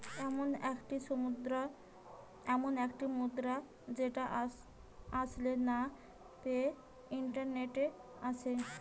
এমন একটি মুদ্রা যেটা আসলে না পেয়ে ইন্টারনেটে আসে